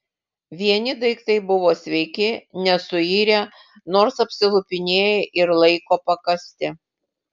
vieni daiktai buvo sveiki nesuirę nors apsilupinėję ir laiko pakąsti